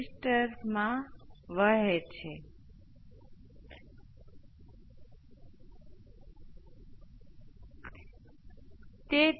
તેથી તેનો અર્થ એ છે કે જ્યારે આપણી પાસે સતત ઇનપુટ્સ હોય ત્યારે તમામ મૂલ્યોને અંતિમ મૂલ્યની ગણતરી માટે ઇંડક્ટર ને શોર્ટ સર્કિટ કરી શકાય છે